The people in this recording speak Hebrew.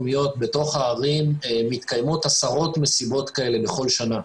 בתוך הערים מתקיימות עשרות מסיבות כאלה בכל שנה.